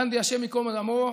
גנדי, השם ייקום דמו,